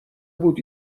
بود